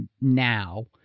now